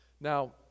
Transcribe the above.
Now